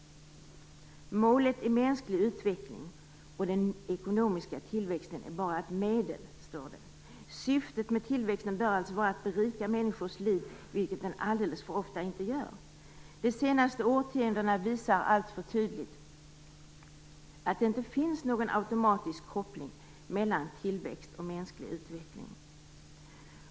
Målet är mänsklig utveckling, och den ekonomiska tillväxten är bara ett medel, står det. Syftet med tillväxten bör vara att berika människors liv, vilket det alldeles för ofta inte gör. De senaste årtioendena visar alltför tydligt att det inte finns någon automatisk koppling mellan tillväxt och mänsklig utveckling.